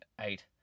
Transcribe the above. eight